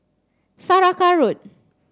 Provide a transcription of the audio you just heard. Saraca Road